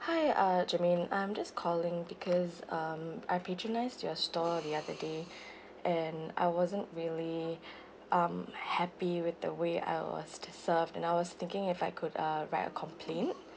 hi uh germaine I'm just calling because um I patronized your store the other day and I wasn't really um happy with the way I was served and I was thinking if I could uh write a complaint